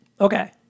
okay